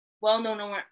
well-known